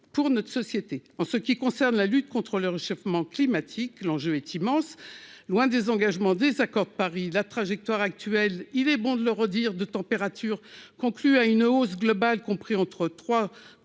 pour notre société, en ce qui concerne la lutte contre le réchauffement climatique, l'enjeu est immense, loin des engagements des accords de Paris la trajectoire actuelle, il est bon de le redire de température, conclut à une hausse globale compris entre